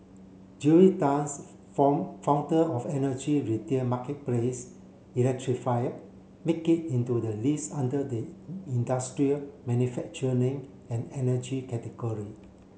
Julius Tans form founder of energy retail marketplace electrifier make it into the list under the industrial manufacturing and energy category